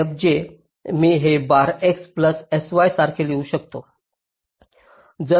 तर fj मी हे बार x प्लस s y सारखे लिहू शकते